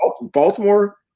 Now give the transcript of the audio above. Baltimore